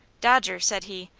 dodger, said he,